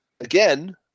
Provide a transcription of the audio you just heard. again